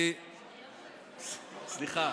סליחה,